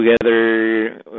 together